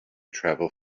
travel